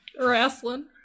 Wrestling